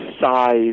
size